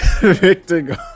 Victor